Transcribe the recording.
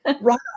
right